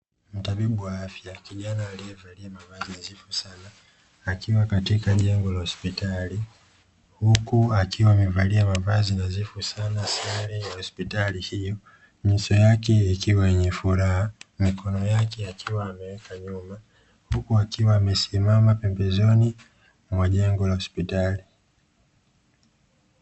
Mtabibu wa afya kijana aliyevalia mavazi nadhifu sana akiwa katika jengo la hospitali huku akiwa amevalia mavazi nadhifu sana sare ya hospitali hiyo nyuso yake ikiwa yenye furaha mikono yake akiwa ameweka nyuma huku akiwa amesimama pembezoni mwa jengo la hospital.